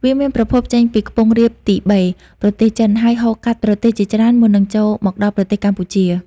វាមានប្រភពចេញពីខ្ពង់រាបទីបេ ប្រទេសចិន ហើយហូរកាត់ប្រទេសជាច្រើនមុននឹងចូលមកដល់ប្រទេសកម្ពុជា។